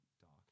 dark